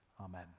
amen